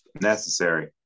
Necessary